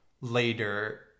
later